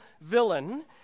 villain